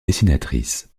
dessinatrice